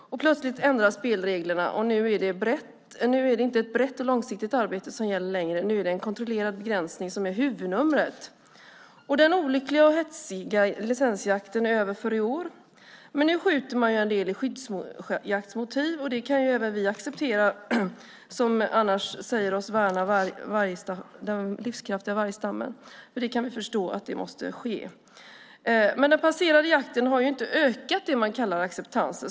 Plötsligt ändras spelreglerna, och nu är det inte längre ett brett och långsiktigt arbete som gäller, nu är det en kontrollerad begränsning som är huvudnumret. Den olyckliga och hetsiga licensjakten är över för i år. Men man skjuter en del med skyddsjaktmotiv, och det kan även vi acceptera som annars säger oss värna den livskraftiga vargstammen. Vi kan förstå att det måste ske. Men den passerade jakten har inte ökat det man kallar acceptans.